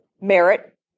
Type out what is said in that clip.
Merit